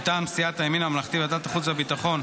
מטעם סיעת הימין הממלכתי: בוועדת החוץ והביטחון,